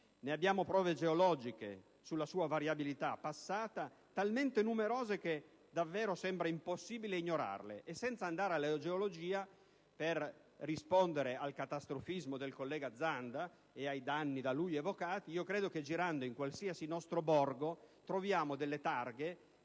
Abbiamo prove geologiche sulla sua variabilità passata, talmente numerose che davvero sembra impossibile ignorarle. Senza andare alla geologia, per rispondere al catastrofismo del collega Zanda e ai danni da lui evocati, credo che girando in qualsiasi nostro borgo troviamo delle targhe